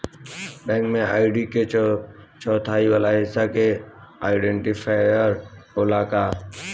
Bank में ID के चौथाई वाला हिस्सा में आइडेंटिफैएर होला का?